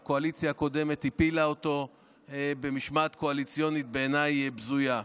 והקואליציה הקודמת הפילה אותה במשמעת קואליציונית שהיא בזויה בעיניי.